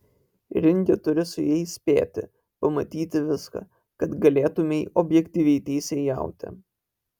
ringe turi su jais spėti pamatyti viską kad galėtumei objektyviai teisėjauti